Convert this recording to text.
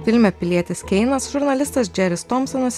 filme pilietis keinas žurnalistas džeris tomsonas